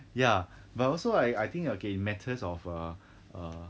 ya but also I think okay in matters of err err